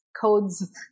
codes